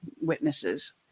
witnesses